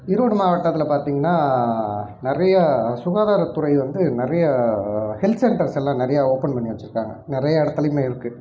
ஈரோடு மாவட்டத்தில் பார்த்திங்கனா நிறையா சுகாதாரத்துறை வந்து நிறையா ஹெல்த் சென்டர்ஸெல்லாம் நிறையா ஓப்பன் பண்ணி வச்சிருக்காங்க நிறையா இடத்துலையுமே இருக்குது